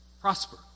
Prosper